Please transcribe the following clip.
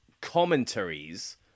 commentaries